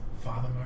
Father